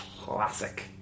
classic